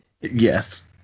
Yes